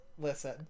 Listen